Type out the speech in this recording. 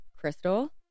Crystal